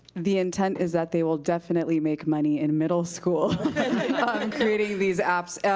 the intent is that they will definitely make money in middle school creating these apps.